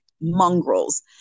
mongrels